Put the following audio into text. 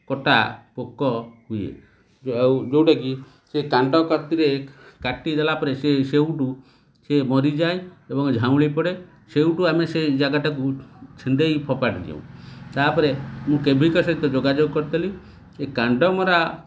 କଟା ପୋକ ହୁଏ ଯୋ ଆଉ ଯେଉଁଟାକି ସେ କାଣ୍ଡ କତିରେ କାଟିଦେଲା ପରେ ସେ ସେଉଠୁ ସେ ମରିଯାଏ ଏବଂ ଝାଉଁଳି ପଡ଼େ ସେଉଠୁ ଆମେ ସେ ଜାଗାଟାକୁ ଛିଣ୍ଡେଇ ଫପାଡ଼ି ଦିଅଉ ତାପରେ ମୁଁ କେଭିକା ସହିତ ଯୋଗାଯୋଗ କରିଥିଲି ଏ କାଣ୍ଡମରା